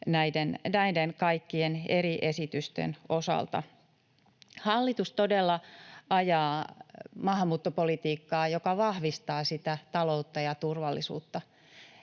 näiden kaikkien eri esitysten osalta. Hallitus todella ajaa maahanmuuttopolitiikkaa, joka vahvistaa taloutta ja turvallisuutta.